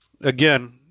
Again